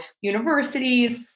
universities